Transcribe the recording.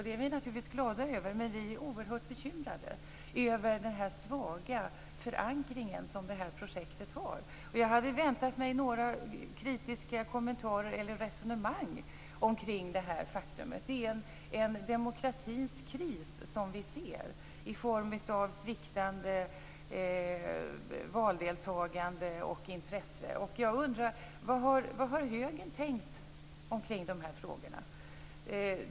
Det är vi naturligtvis glada över, men vi är också oerhört bekymrade över den svaga förankring som det här projektet har. Jag hade väntat mig några kritiska kommentarer eller resonemang kring detta faktum. Det är en demokratins kris som vi ser i form av sviktande valdeltagande och intresse. Jag undrar: Vad har högern tänkt omkring de här frågorna?